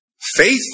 faithful